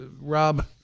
Rob